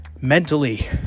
Mentally